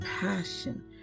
passion